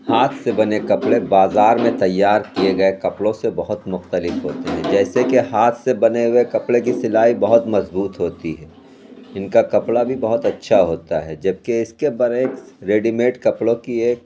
ہاتھ سے بنے کپڑے بازار میں تیار کیے گئے کپڑوں سے بہت مختلف ہوتے ہیں جیسے کہ ہاتھ سے بنے ہوئے کپڑے کی سلائی بہت مضبوط ہوتی ہے ان کا کپڑا بھی بہت اچھا ہوتا ہے جبکہ اس کے برعکس ریڈی میڈ کپڑوں کی ایک